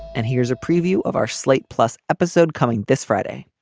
and here's a preview of our slate plus episode coming this friday.